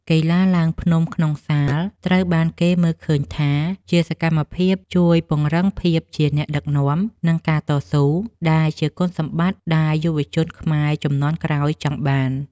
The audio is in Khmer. កីឡាឡើងភ្នំក្នុងសាលត្រូវបានគេមើលឃើញថាជាសកម្មភាពជួយពង្រឹងភាពជាអ្នកដឹកនាំ និងការតស៊ូ ដែលជាគុណសម្បត្តិដែលយុវជនខ្មែរជំនាន់ក្រោយចង់បាន។